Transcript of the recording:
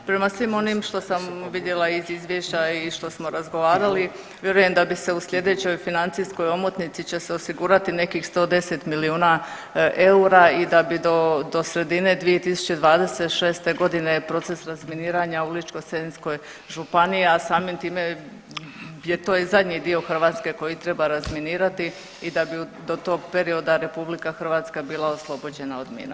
Prema svim onim što sam vidjela iz izvješća i što smo razgovarali vjerujem da bi se u sljedećoj financijskoj omotnici će se osigurati nekih 110 milijuna eura i da bi do sredine 2026.g. proces razminiranja u Ličko-senjskoj županiji, a samim time je to i zadnji dio Hrvatske koji treba razminirati i da bi do tog perioda RH bila oslobođena od mina.